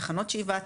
תחנות שאיבה,